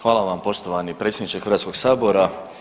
Hvala vam poštovani predsjedniče Hrvatskog sabora.